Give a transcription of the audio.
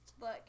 Look